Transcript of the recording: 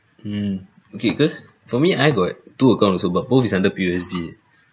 mm okay cause for me I got two account also but both is under P_O_S_B